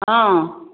हँ